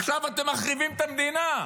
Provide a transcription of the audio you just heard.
עכשיו אתם מחריבים את המדינה.